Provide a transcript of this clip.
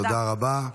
תודה רבה.